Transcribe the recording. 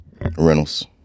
Rentals